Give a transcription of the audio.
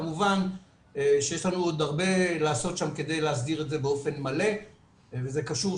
כמובן שיש לנו עוד הרבה לעשות שם כדי להסדיר את זה באופן מלא וזה קשור,